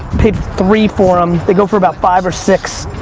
paid three for them. they go for about five or six,